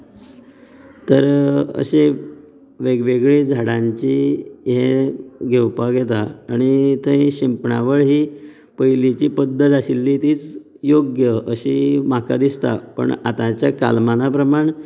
तर अशीं वेगवेगळीं झाडांची हे घेवपाक येता आनी थंय शिंपणावळ ही पयलींची पध्दत आशिल्ली तीच योग्य अशें म्हाका दिसता पूण आतांच्या कालमानां प्रमाण